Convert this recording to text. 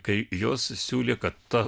kai jos siūlė kad